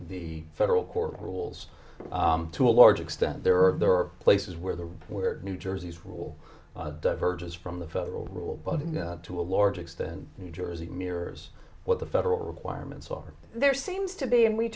the federal court rules to a large extent there are there are places where there were new jersey's rule verges from the federal rule but to a large extent new jersey mirrors what the federal requirements are there seems to be and we